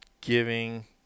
giving